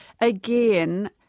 again